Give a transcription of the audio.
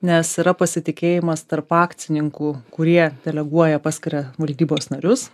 nes yra pasitikėjimas tarp akcininkų kurie deleguoja paskiria valdybos narius